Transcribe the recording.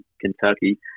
Kentucky